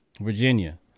Virginia